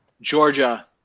Georgia